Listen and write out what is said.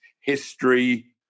history